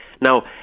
Now